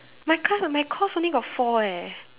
my class uh my course only got four eh